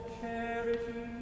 charity